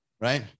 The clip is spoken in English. Right